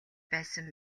байсан